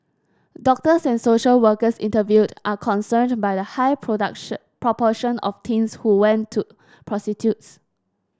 doctors and social workers interviewed are concerned by the high proportion of teens who went to prostitutes